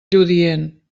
lludient